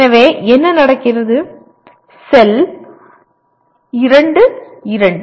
எனவே என்ன நடக்கிறது செல் 2 2